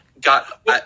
got